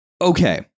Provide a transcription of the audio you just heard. Okay